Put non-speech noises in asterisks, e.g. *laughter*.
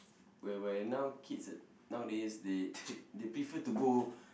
whereby now kids nowadays they *noise* they prefer to go